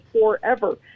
forever